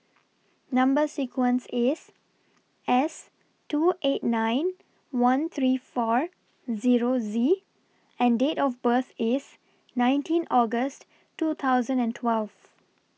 Number sequence IS S two eight nine one three four Zero Z and Date of birth IS nineteen August two thousand and twelve